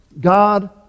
God